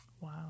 Wow